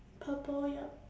purple yup